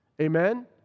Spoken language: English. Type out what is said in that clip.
Amen